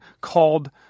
called